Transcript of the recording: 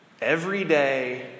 everyday